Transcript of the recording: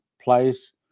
place